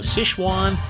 Sichuan